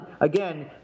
again